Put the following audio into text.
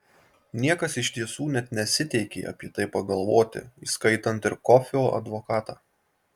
niekas iš tiesų net nesiteikė apie tai pagalvoti įskaitant ir kofio advokatą